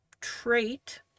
trait